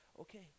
Okay